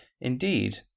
Indeed